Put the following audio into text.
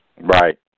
Right